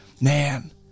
man